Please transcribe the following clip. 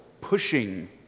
pushing